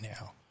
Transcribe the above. now